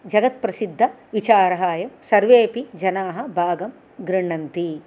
जगत्पसिद्दविचाराय सर्वे अपि जनाः भागं गृह्णन्ति